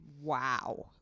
Wow